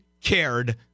cared